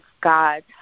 God